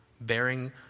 bearing